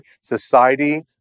society